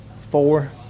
Four